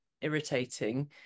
irritating